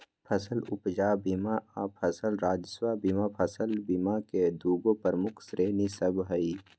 फसल उपजा बीमा आऽ फसल राजस्व बीमा फसल बीमा के दूगो प्रमुख श्रेणि सभ हइ